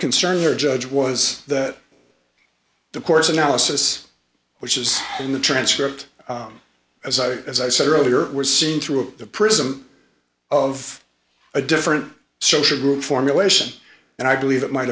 concern here judge was that the course analysis which is in the transcript as i as i said earlier were seen through the prism of a different social group formulation and i believe it might